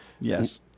yes